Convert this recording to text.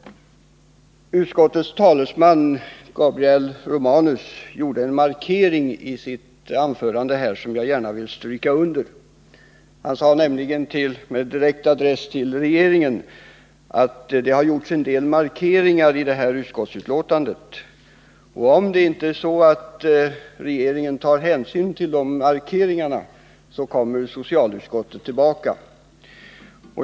Utskottets talesman, Gabriel Romanus, betonade i sitt anförande här något som jag gärna vill stryka under. Han sade nämligen med direkt adress till regeringen att det har gjorts en del markeringar i detta utskottsbetänkande. Om regeringen inte tar hänsyn till de markeringarna, kommer socialutskottet tillbaka.